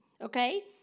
Okay